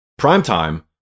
Primetime